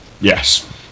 yes